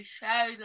show